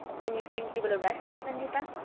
then you think he will arrest arsene lupin?